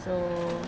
so